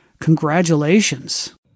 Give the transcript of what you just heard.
Congratulations